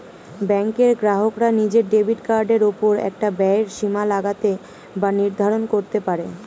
ব্যাঙ্কের গ্রাহকরা নিজের ডেবিট কার্ডের ওপর একটা ব্যয়ের সীমা লাগাতে বা নির্ধারণ করতে পারে